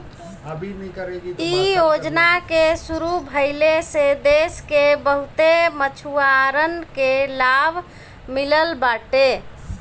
इ योजना के शुरू भइले से देस के बहुते मछुआरन के लाभ मिलल बाटे